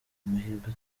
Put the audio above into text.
amahirwe